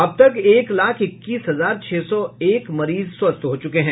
अब तक एक लाख इक्कीस हजार छह सौ एक मरीज स्वस्थ हो च्रके हैं